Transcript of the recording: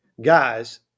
guys